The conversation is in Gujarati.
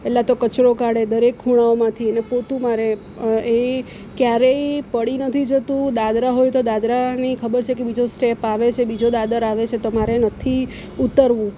પહેલાં તો કચરો કાઢે દરેક ખૂણાઓમાંથી અને પોતું મારે એ ક્યારેય પડી નથી જતું દાદરા હોય તો દાદરાની ખબર છે કે બીજો સ્ટેપ આવે છે બીજો દાદર આવે છે તો મારે નથી ઉતરવું